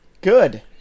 Good